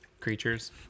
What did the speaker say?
creatures